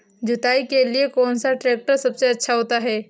जुताई के लिए कौन सा ट्रैक्टर सबसे अच्छा होता है?